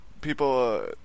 people